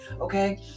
okay